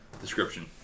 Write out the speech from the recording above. description